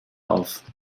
auf